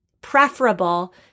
preferable